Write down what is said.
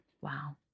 Wow